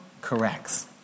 corrects